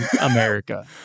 America